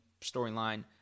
storyline